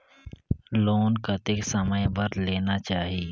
Loan कतेक समय बर लेना चाही?